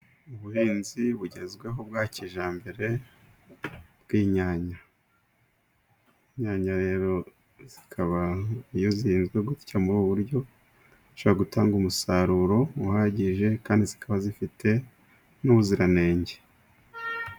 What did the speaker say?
Ubuhinzi bugezweho bwa kijyambere, bw'inyanya. Inyanya rero zikaba iyo zihinzwe gutyo muri ubu buryo, zishobora gutanga umusaruro uhagije, kandi zikaba zifite n'ubuziranenge.